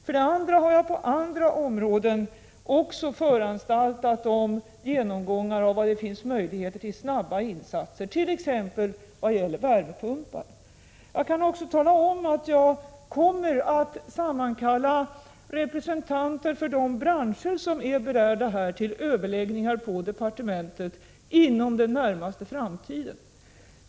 Vidare har jag också på andra områden föranstaltat om genomgångar av var det finns möjligheter till snara insatser, t.ex. i vad gäller värmepumpar. Jag kan också tala om att jag kommer att sammankalla representanter för de branscher som är berörda till överläggningar på departementet inom den närmaste framtiden.